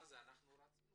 רצינו